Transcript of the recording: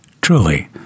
Truly